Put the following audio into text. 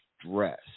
stress